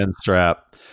strap